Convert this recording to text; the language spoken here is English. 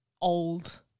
old